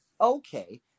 okay